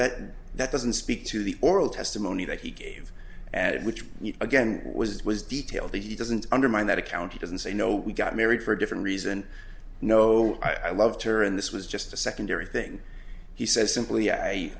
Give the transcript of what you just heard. that that doesn't speak to the oral testimony that he gave and which again was it was details that he doesn't undermine that account he doesn't say no we got married for a different reason no i love her and this was just a secondary thing he says simply